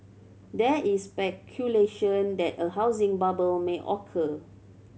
there is speculation that a housing bubble may occur